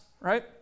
right